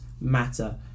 matter